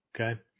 Okay